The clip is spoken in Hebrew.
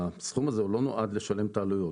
הסכום הזה הוא לא נועד לשלם את העלויות.